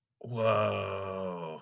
whoa